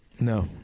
No